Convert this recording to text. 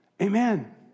Amen